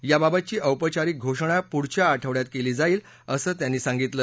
याबाबतची औपचारिक घोषणा पुढच्या आठवडयात केली जाईल असं त्यांनी सांगितलं